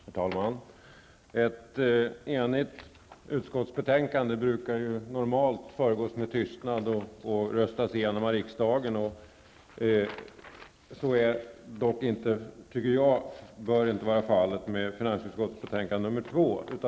Herr talman! Ett enhälligt utskottsbetänkande brukar normalt förbigås med tystnad och beslutas av riksdagen. Det tycker jag dock inte bör vara fallet med finansutskottets betänkande nr 2.